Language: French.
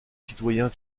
citoyens